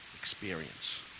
experience